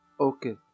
Okay